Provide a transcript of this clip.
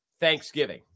Thanksgiving